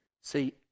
See